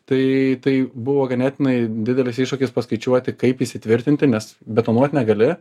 tai tai buvo ganėtinai didelis iššūkis paskaičiuoti kaip įsitvirtinti nes betonuot negali